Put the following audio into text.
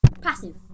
passive